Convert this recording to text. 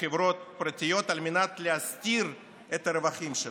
חברות פרטיות על מנת להסתיר את הרווחים שלהם.